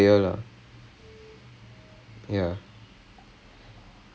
he's a professional player so so he was like so so